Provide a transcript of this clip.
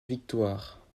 victoire